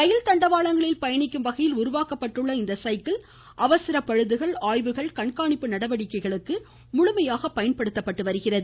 ரயில் தண்டவாளங்களில் பயணிக்கும் வகையில் உருவாக்கப்பட்டுள்ள இந்த சைக்கிள் அவசர பழுதுகள் ஆய்வுகள் கண்காணிப்பு நடவடிக்கைகளுக்கு முழுமையாக பயன்படுத்தப்படுகிறது